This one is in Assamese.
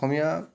অসমীয়া